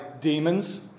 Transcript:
demons